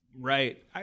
Right